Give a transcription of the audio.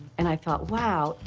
and i thought, wow,